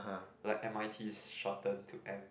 like M_I_T is shortened to M